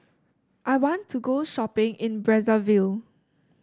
I want to go shopping in Brazzaville